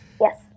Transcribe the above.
Yes